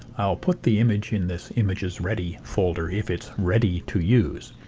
i'll put the image in this images ready folder if it's ready to use,